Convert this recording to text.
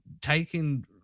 taking